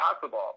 possible